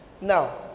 Now